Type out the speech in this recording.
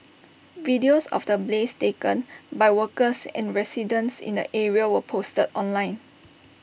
videos of the blaze taken by workers and residents in the area were posted online